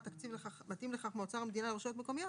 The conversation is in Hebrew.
תקציב מתאים לכך מאוצר המדינה לרשויות המקומיות",